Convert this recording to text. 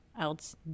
else